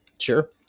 Sure